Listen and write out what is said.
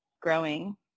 growing